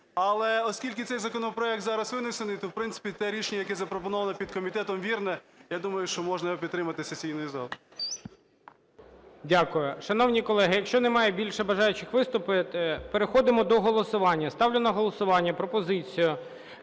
Але, оскільки цей законопроект зараз винесений, то, в принципі, те рішення, яке запропоноване підкомітетом, вірне, я думаю, що можна його підтримати сесійною залою. ГОЛОВУЮЧИЙ. Дякую. Шановні колеги, якщо немає більше бажаючих виступити, переходимо до голосування. Ставлю на голосування пропозицію